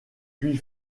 puis